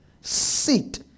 Sit